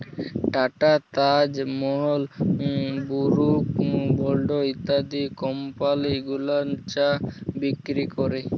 tata, Taj Mahal, Brooke Bond ইত্যাদি company গুলান চা বিক্রি ক্যরে